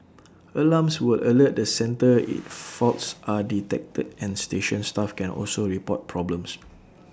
alarms will alert the centre if faults are detected and station staff can also report problems